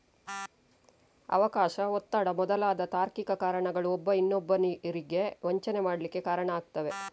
ಅವಕಾಶ, ಒತ್ತಡ ಮೊದಲಾದ ತಾರ್ಕಿಕ ಕಾರಣಗಳು ಒಬ್ಬ ಇನ್ನೊಬ್ಬರಿಗೆ ವಂಚನೆ ಮಾಡ್ಲಿಕ್ಕೆ ಕಾರಣ ಆಗ್ತವೆ